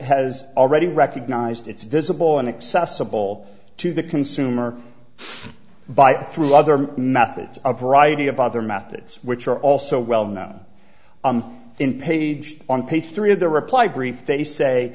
has already recognised it's visible and accessible to the consumer by through other methods of variety of other methods which are also well known in page on page three of the reply brief they say